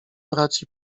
braci